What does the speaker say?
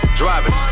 driving